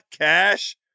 cash